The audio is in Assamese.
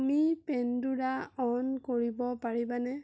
তুমি পেণ্ডোৰা অ'ন কৰিব পাৰিবানে